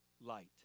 light